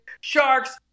Sharks